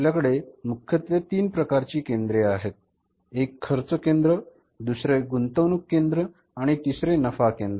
आपल्याकडे मुख्यत्वे तीन प्रकारची केंद्रे आहेत एक खर्च केंद्र दुसरे गुंतवणूक केंद्र आणि तिसरे नफा केंद्र